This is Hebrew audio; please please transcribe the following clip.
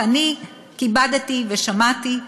כי אני כיבדתי ושמעתי,